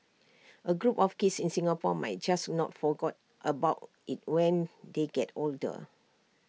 A group of kids in Singapore might just not forgot about IT when they get older